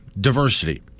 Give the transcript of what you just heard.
diversity